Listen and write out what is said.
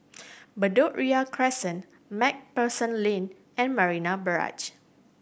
Bedok Ria Crescent Macpherson Lane and Marina Barrage